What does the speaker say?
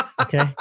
Okay